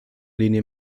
linie